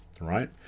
right